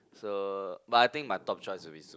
so but I think my top choice will be